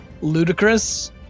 ludicrous